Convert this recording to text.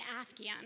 Afghan